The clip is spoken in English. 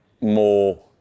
more